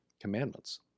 commandments